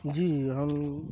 جی ہم